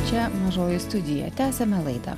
čia mažoji studija tęsiame laidą